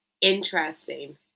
interesting